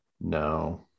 No